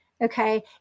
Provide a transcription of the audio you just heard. okay